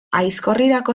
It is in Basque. aizkorrirako